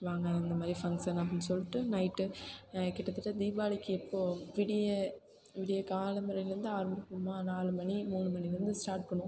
வாங்க அந்தமாதிரி ஃபங்க்ஷன் அப்படினு சொல்லிட்டு நைட்டு கிட்டத்தட்ட தீபாவளிக்கு இப்போது விடிய விடிய காலம்பறையில் இருந்து ஆரம்பிக்குமா நாலு மணி மூணு மணியிலேருந்து ஸ்டார்ட் பண்ணுவோம்